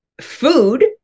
food